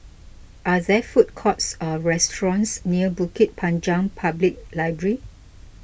are there food courts or restaurants near Bukit Panjang Public Library